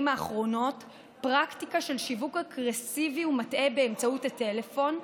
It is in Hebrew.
האחרונות פרקטיקה של שיווק אגרסיבי ומטעה באמצעות הטלפון,